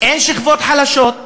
אין שכבות חלשות.